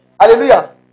Hallelujah